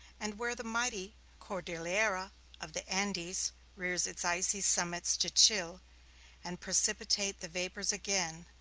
and where the mighty cordillera of the andes rears its icy summits to chill and precipitate the vapors again,